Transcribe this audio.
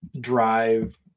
drive